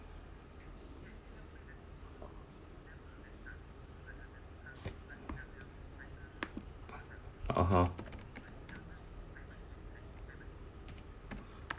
(uh huh)